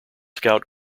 scout